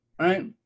right